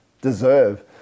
deserve